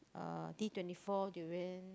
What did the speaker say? uh D twenty four durian